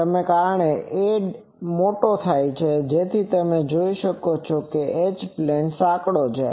હવે કારણ કે 'a' મોટો છે તેથી જ તમે જુઓ છો કે એચ પ્લેન સાંકડી છે